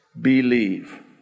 believe